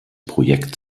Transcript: projekt